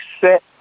set